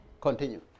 Continue